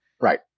Right